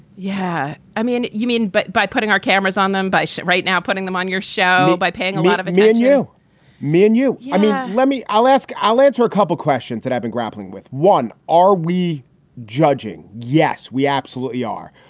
yeah. i mean, you mean but by putting our cameras on them by shit right now, putting them on your show by paying a lot of and menu and menu i mean, let me i'll ask i'll answer a couple questions that i've been grappling with. one, are we judging. yes, we absolutely are.